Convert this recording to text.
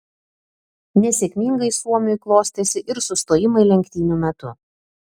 nesėkmingai suomiui klostėsi ir sustojimai lenktynių metu